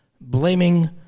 blaming